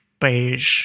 beige